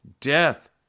Death